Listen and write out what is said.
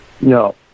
No